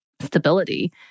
stability